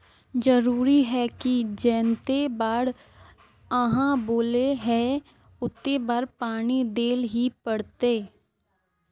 जरूरी है की जयते बार आहाँ बोले है होते बार पानी देल ही पड़ते?